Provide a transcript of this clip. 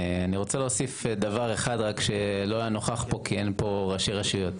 אני רוצה להוסיף דבר אחד רק שלא היה נוכח פה כי אין פה ראשי רשויות.